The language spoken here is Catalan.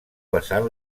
vessant